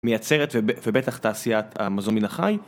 מייצרת ובטח תעשיית המזון מן החי.